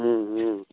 हूँ हूँ